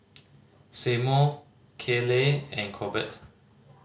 Seymour Kayley and Corbett